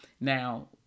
Now